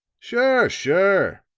sure, sure,